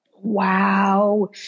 Wow